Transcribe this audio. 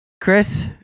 Chris